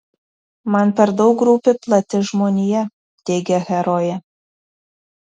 man per daug rūpi plati žmonija teigia herojė